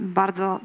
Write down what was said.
bardzo